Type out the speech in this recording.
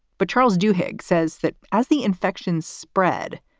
but charles du haeg says that as the infection spread,